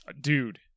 Dude